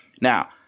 Now